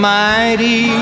mighty